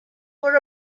were